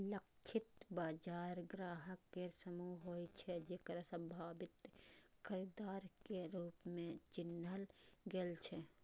लक्षित बाजार ग्राहक केर समूह होइ छै, जेकरा संभावित खरीदार के रूप मे चिन्हल गेल छै